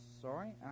sorry